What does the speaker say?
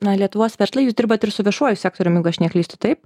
na lietuvos verslai jūs dirbat ir su viešuoju sektorium jeigu aš neklystu taip